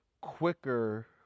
quicker